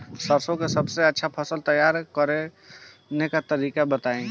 सरसों का सबसे अच्छा फसल तैयार करने का तरीका बताई